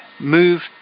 move